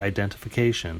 identification